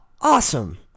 awesome